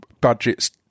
budgets